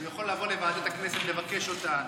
הוא יכול לבוא לוועדת הכנסת לבקש אותה.